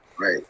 Right